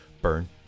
Burn